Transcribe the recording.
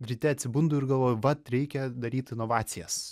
ryte atsibundu ir galvoju vat reikia daryt inovacijas